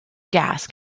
gas